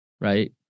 right